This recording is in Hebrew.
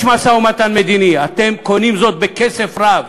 יש משא-ומתן מדיני, אתם קונים זאת בכסף רב.